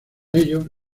ello